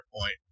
point